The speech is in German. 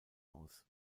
aus